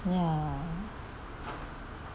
ya